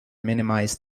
minimize